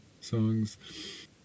songs